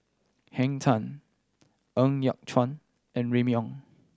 Henn Tan Ng Yat Chuan and Remy Ong